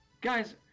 Guys